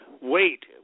wait